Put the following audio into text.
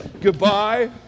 Goodbye